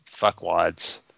fuckwads